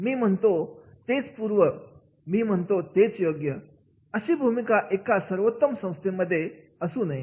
'मी म्हणतो तेच पूर्व मी म्हणतो तेच योग्य' अशा प्रकारची भूमिका एका सर्वोत्तम संस्थेमध्ये असू शकत नाही